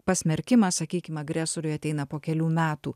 pasmerkimą sakykim agresoriui ateina po kelių metų